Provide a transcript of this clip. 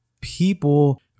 people